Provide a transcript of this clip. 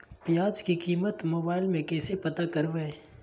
प्याज की कीमत मोबाइल में कैसे पता करबै?